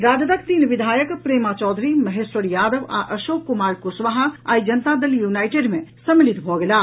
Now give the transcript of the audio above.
राजदक तीन विधायक प्रेमा चौधरी महेश्वर यादव आ आशेक कुमार कुशवाहा आई जनता दल यूनाईटेड मे सम्मिलित भऽ गेलाह